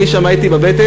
אני הייתי שם בבטן,